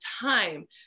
time